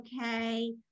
okay